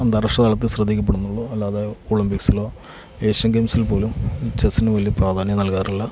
അന്താരാഷ്ട്ര തലത്തിൽ ശ്രദ്ധിക്കപ്പെടുന്നുള്ളൂ അല്ലാതെ ഒളിമ്പിക്സിലോ ഏഷ്യൻ ഗെയിംസിൽ പോലും ചെസ്സിന് വലിയ പ്രാധാന്യം നൽകാറില്ല